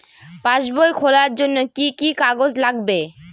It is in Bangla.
পাসবই খোলার জন্য কি কি কাগজ লাগবে?